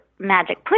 magic